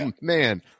man